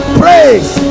praise